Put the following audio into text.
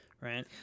Right